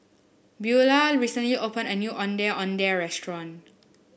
Beula recently opened a new Ondeh Ondeh Restaurant